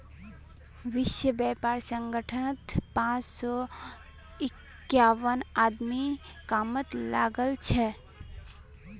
विश्व व्यापार संगठनत पांच सौ इक्यावन आदमी कामत लागल छ